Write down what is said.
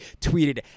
tweeted